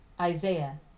Isaiah